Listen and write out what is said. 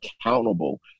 accountable